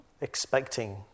expecting